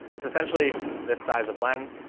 it's essentially this size of lens.